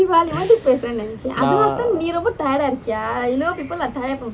ah